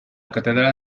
catedral